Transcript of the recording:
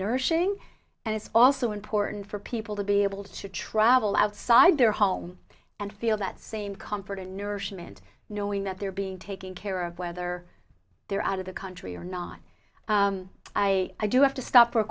nourishing and it's also important for people to be able to travel outside their home and feel that same comfort and nourishment knowing that they're being taken care of whether they're out of the country or not i i do have to stop for a